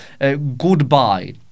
Goodbye